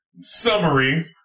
summary